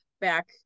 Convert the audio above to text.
back